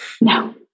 No